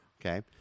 Okay